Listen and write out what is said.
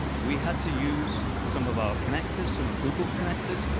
we had to use some of our connectors, some of google's connectors,